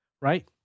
Right